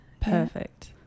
perfect